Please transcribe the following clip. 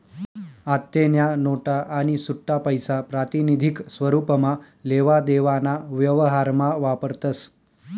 आत्तेन्या नोटा आणि सुट्टापैसा प्रातिनिधिक स्वरुपमा लेवा देवाना व्यवहारमा वापरतस